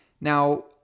Now